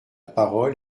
parole